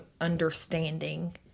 understanding